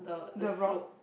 the rock